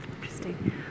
Interesting